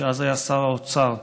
שאז היה שר האוצר.